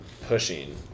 pushing